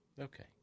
Okay